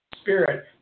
spirit